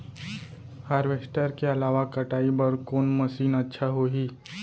Harvester के अलावा कटाई बर कोन मशीन अच्छा होही?